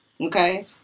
okay